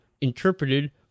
interpreted